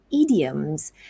idioms